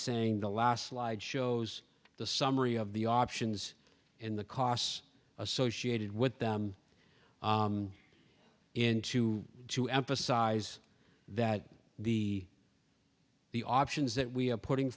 saying the last slide shows the summary of the options in the costs associated with them in two to emphasize that the the options that we have putting